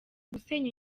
gusenya